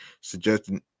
suggesting